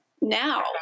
now